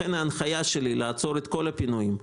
ההנחיה שלי היא לעצור את כל הפינויים,